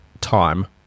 time